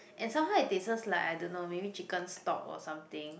and somehow it tastes like I don't know maybe chicken stock or something